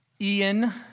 Ian